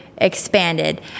expanded